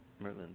Merlin